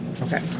Okay